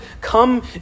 come